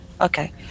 Okay